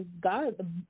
God